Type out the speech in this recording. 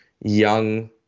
young